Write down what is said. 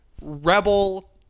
rebel